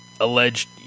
alleged